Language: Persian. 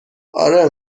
آره